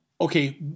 okay